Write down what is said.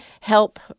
help